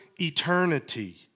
eternity